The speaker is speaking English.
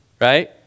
right